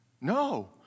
No